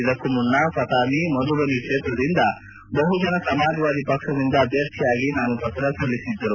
ಇದಕ್ಕೂ ಮುನ್ನ ಫತಾಮಿ ಮಧುಬನಿ ಕ್ಷೇತ್ರದಿಂದ ಬಹುಜನ ಸಮಾಜವಾದಿ ಪಕ್ಷದಿಂದ ಅಭ್ಯರ್ಥಿಯಾಗಿ ನಾಮಪತ್ರ ಸಲ್ಲಿಸಿದ್ದರು